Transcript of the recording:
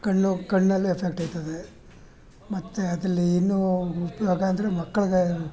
ಕಣ್ಣು ಕಣ್ಣಲ್ಲಿ ಎಫೆಕ್ಟಾಗ್ತದೆ ಮತ್ತು ಅದರಲ್ಲಿ ಇನ್ನೂ ಉಪಯೋಗ ಅಂದರೆ ಮಕ್ಳಿಗೆ